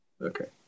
Okay